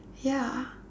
ya